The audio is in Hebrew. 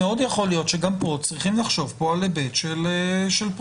מאוד יכול להיות שגם כאן אנחנו צריכים לחשוב על ההיבט של הפרוצדורה.